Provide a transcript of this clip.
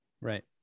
Right